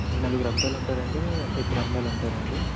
నలుగురు అబ్బాయిలు ఉంటారండి ఇద్దరు అమ్మాయిలు ఉంటారండి